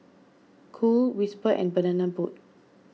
Cool Whisper and Banana Boat